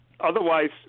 Otherwise